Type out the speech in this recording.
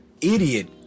idiot